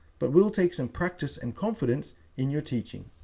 but will take some practice and confidence in your teaching.